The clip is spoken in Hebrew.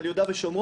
על יהודה ושומרון.